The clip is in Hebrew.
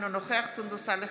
אינו נוכח סונדוס סאלח,